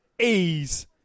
ease